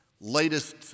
latest